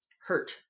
hurt